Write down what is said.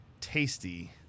tasty